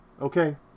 okay